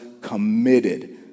committed